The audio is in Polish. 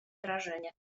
wyrażenie